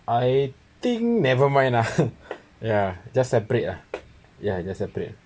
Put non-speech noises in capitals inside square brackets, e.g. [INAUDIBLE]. I think never mind lah [LAUGHS] ya just separate lah ya just separate